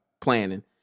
planning